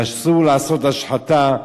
ואסור לעשות השחתה,